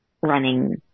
running